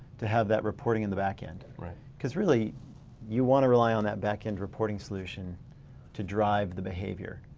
to have that reporting in the back end. cause really you want to rely on that back end reporting solution to drive the behavior.